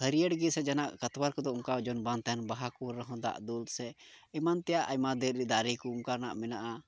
ᱦᱟᱹᱨᱭᱟᱹᱲ ᱜᱮ ᱥᱮ ᱡᱟᱦᱟᱱᱟᱜ ᱦᱟᱛᱣᱟᱨ ᱠᱚᱫᱚ ᱚᱱᱠᱟ ᱳᱡᱚᱱ ᱵᱟᱝ ᱛᱟᱦᱮᱱ ᱵᱟᱦᱟ ᱠᱚ ᱨᱮᱦᱚᱸ ᱫᱟᱜ ᱫᱩᱞ ᱥᱮ ᱮᱢᱟᱱ ᱛᱮᱭᱟᱜ ᱟᱭᱢᱟ ᱫᱷᱤᱨᱤ ᱫᱟᱨᱮ ᱠᱚ ᱚᱱᱠᱟᱱᱟᱜ ᱢᱮᱱᱟᱜᱼᱟ